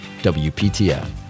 WPTF